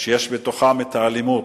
שיש בתוכן אלימות.